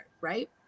right